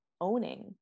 owning